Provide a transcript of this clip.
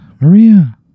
Maria